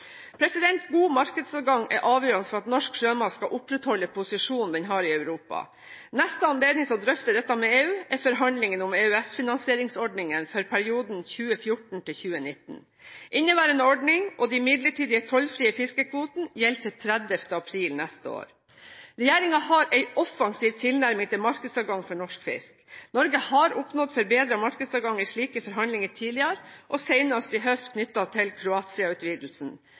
God markedsadgang er avgjørende for at norsk sjømat skal opprettholde posisjonen den har i Europa. Neste anledning til å drøfte dette med EU er forhandlingene om EØS-finansieringsordningene for perioden 2014–2019. Inneværende ordning og de midlertidige tollfrie fiskekvotene gjelder til 30. april neste år. Regjeringen har en offensiv tilnærming til markedsadgang for norsk fisk. Norge har oppnådd forbedret markedsadgang i slike forhandlinger tidligere og senest i høst knyttet til